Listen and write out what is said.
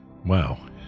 Wow